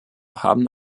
haben